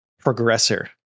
progressor